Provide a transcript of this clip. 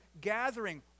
gathering